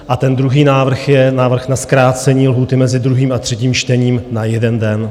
A ten druhý návrh je návrh na zkrácení lhůty mezi druhým a třetím čtením na 1 den.